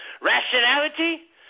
rationality